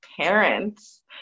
parents